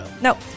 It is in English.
No